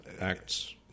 acts